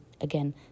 again